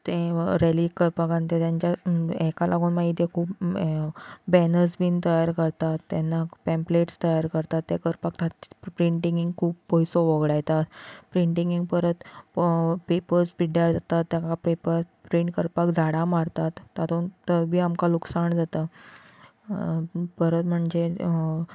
तें रेलीक करपाक आनी तें तांच्या हाका लागून मागीर खूब बेनर्ज बीन तयार करतात तेन्ना पेपलेट्स तयार करतात तें करपाक ता प्रिन्टीगेंक वोगडायता प्रिन्टींगेंक परत पेपर्स पिड्ड्यार जातात ताका पेपर प्रन्ट करपाक झाडा मारतात तातून तर भी आमकां लुकसाण जाता परत म्हणजें